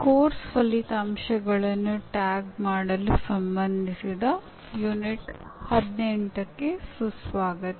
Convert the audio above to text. ಮೊದಲನೇ ಪಾಠದ ಮೂರನೇಯ ಪಠ್ಯಕ್ಕೆ ಸುಸ್ವಾಗತ